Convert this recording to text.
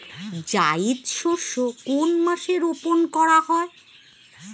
জায়িদ শস্য কোন মাসে রোপণ করা হয়?